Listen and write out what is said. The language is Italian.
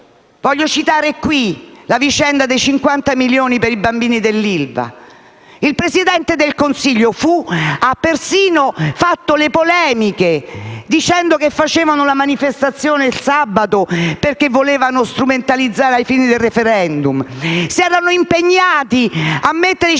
Voglio citare qui la vicenda dei 50 milioni per i bambini dell'ILVA. Il "fu" Presidente del Consiglio ha persino sollevato polemiche, dicendo che avrebbero fatto la manifestazione il sabato, perché volevano strumentalizzarla ai fini del *referendum*. Si erano impegnati a stanziare i